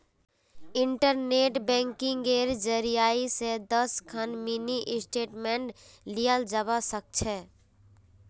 internet बैंकिंगेर जरियई स दस खन मिनी स्टेटमेंटक लियाल जबा स ख छ